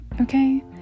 okay